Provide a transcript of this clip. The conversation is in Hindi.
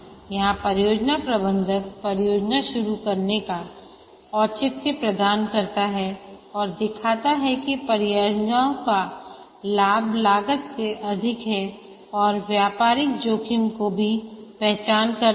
यहां परियोजना प्रबंधक परियोजना शुरू करने का औचित्य प्रदान करता है और दिखाता है कि परियोजनाओं का लाभ लागत से अधिक है और व्यापारिक जोखिम की भी पहचान करता है